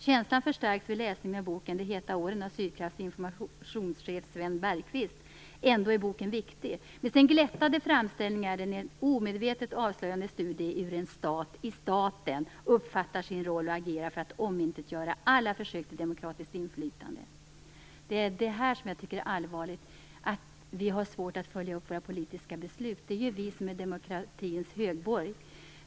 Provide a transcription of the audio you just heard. Känslan förstärks vid läsning av boken De heta åren av Sydkrafts informationschef Sven Bergquist. Ändå är boken viktig. Med sin glättade framställning är den en omedvetet avslöjande studie av hur en stat i staten uppfattar sin roll och agerar för att omintetgöra alla försök till demokratiskt inflytande. Det är detta som jag tycker är allvarligt - att vi har svårt att följa upp våra politiska beslut. Det är ju riksdagen som är demokratins högborg.